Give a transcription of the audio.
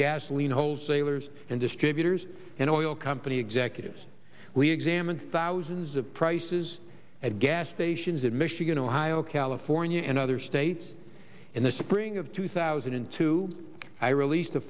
gasoline wholesalers and distributors and oil company executives we examined thousands of prices at gas stations in michigan ohio california and other states in the spring of two thousand and two i released